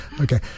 Okay